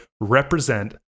represent